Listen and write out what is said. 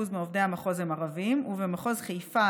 מעובדי המחוז הם ערבים ובמחוז חיפה,